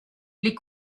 les